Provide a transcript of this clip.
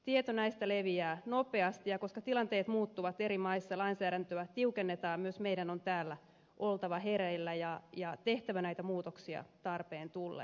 tieto näistä leviää nopeasti ja koska tilanteet muuttuvat eri maissa lainsäädäntöä tiukennetaan myös meidän on täällä oltava hereillä ja tehtävä näitä muutoksia tarpeen tullen